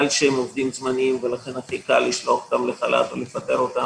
כי הם עובדים זמניים ולכן הכי קל לשלוח אותם לחל"ת או לפטר אותם,